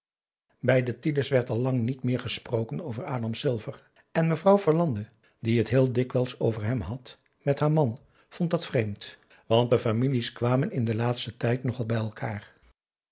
bij de tiele's werd al lang niet meer gesproken over adam silver en mevrouw verlande die het heel dikwijls over hem had met haar man vond dat vreemd want de families kwamen in den laatsten tijd nogal bij elkaar